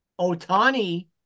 Otani